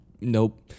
Nope